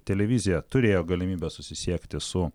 televizija turėjo galimybę susisiekti su